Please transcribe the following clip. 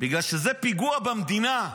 בגלל שזה פיגוע במדינה,